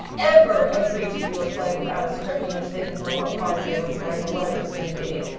ever agree to do a play without a script in which they didn't know what part they were playing or what it was going to be,